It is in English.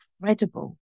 incredible